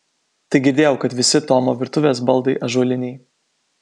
tai girdėjau kad visi tomo virtuvės baldai ąžuoliniai